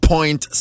Point